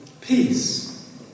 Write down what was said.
Peace